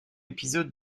épisode